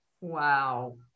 Wow